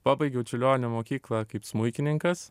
pabaigiau čiurlionio mokyklą kaip smuikininkas